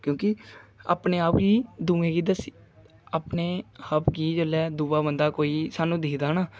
क्योंकि अपने आप ई दूएं गी दस्सी अपने आप गी जेल्लै दूआ बंदा कोई सानूं दिक्खदा ना